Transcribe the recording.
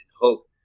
hope